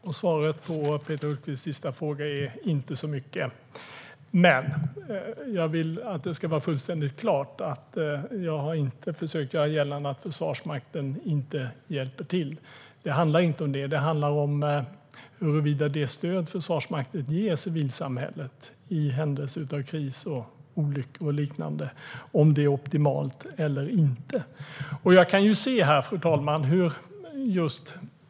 Fru talman! Svaret på Peter Hultqvists sista fråga är: Inte så mycket! Jag vill dock att det ska vara fullständigt klart att jag inte har försökt göra gällande att Försvarsmakten inte hjälper till. Det handlar inte om det. Det handlar om det stöd som Försvarsmakten ger civilsamhället i händelse av kris, olyckor och liknande och om det är optimalt eller inte. Fru talman!